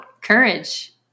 courage